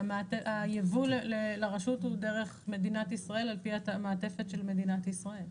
כי היבוא לרשות הוא דרך מדינת ישראל על פי המעטפת של מדינת ישראל.